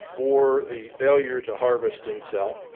for the failure to harvest and sell